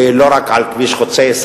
לא רק על כביש חוצה-ישראל.